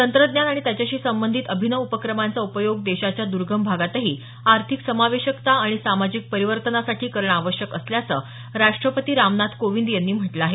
तंत्रज्ञान आणि त्याच्याशी संबंधित अभिनव उपक्रमांचा उपयोग देशाच्या दर्गम भागातही आर्थिक समावेशकता आणि सामाजिक परिवर्तनासाठी करणं आवश्यक असल्याचं राष्ट्रपती रामनाथ कोविंद यांनी म्हटलं आहे